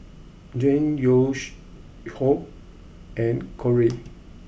Jeane Yoshio and Corrie